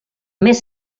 més